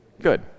good